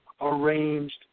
arranged